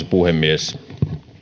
puhemies